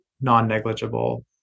non-negligible